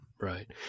right